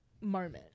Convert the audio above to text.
moment